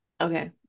Okay